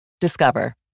Discover